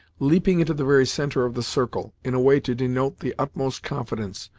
leaping into the very centre of the circle, in a way to denote the utmost confidence,